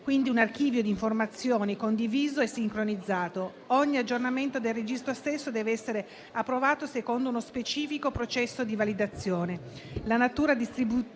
quindi un archivio di informazioni, condiviso e sincronizzato: ogni aggiornamento del registro stesso deve essere approvato secondo uno specifico processo di validazione.